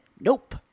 nope